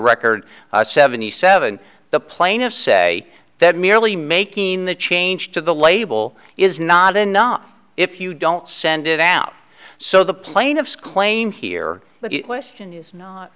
record seventy seven the plaintiffs say that merely making the change to the label is not enough if you don't send it out so the plaintiffs claim here but